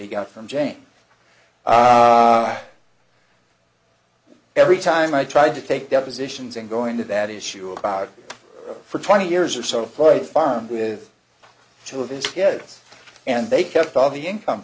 he got from james every time i tried to take depositions and going to that issue about for twenty years or so floyd farm with two of his kids and they kept all the income